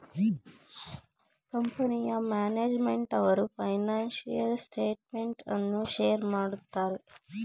ಕಂಪನಿಯ ಮ್ಯಾನೇಜ್ಮೆಂಟ್ನವರು financial statement ಅನ್ನು ಶೇರ್ ಮಾಡುತ್ತಾರೆ